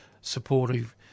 supportive